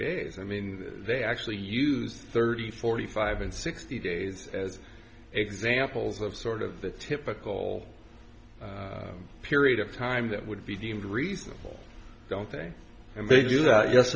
days i mean they actually use thirty forty five and sixty days as examples of sort of the typical period of time that would be deemed reasonable don't they and they do that yes